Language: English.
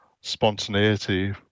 spontaneity